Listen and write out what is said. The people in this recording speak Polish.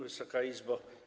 Wysoka Izbo!